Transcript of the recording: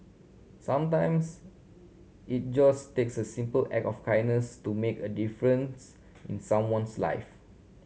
sometimes it just takes a simple act of kindness to make a difference in someone's life